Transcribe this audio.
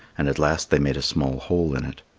and at last they made a small hole in it.